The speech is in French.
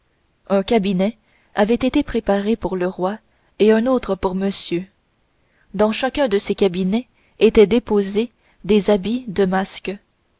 un cabinet avait été préparé pour le roi et un autre pour monsieur dans chacun de ces cabinets étaient déposés des habits de masques